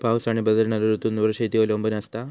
पाऊस आणि बदलणारो ऋतूंवर शेती अवलंबून असता